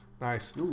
Nice